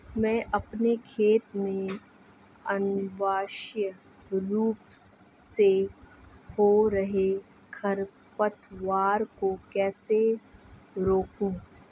मैं अपने खेत में अनावश्यक रूप से हो रहे खरपतवार को कैसे रोकूं?